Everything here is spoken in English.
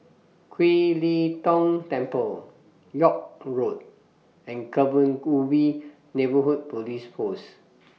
Kiew Lee Tong Temple York Road and Kebun Ubi Neighbourhood Police Post